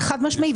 זה חד משמעי.